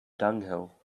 dunghill